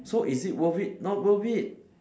so is it worth it not worth it